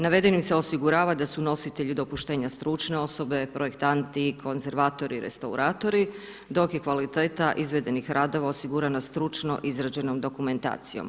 Navedeno se osigurava da su nositelji dopuštenja stručne osobe, projektanti, konzervatori, restauratori, dok je kvaliteta izvedenih radova osigurana stručno izrađenom dokumentacijom.